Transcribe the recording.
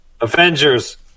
Avengers